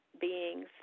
beings